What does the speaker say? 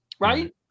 Right